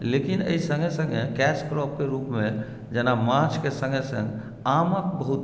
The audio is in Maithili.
लेकिन एहि सङ्गे सङ्गे कैश क्रॉपके रूपमे जेना माछके सङ्गे सङ्गे आमक बहुत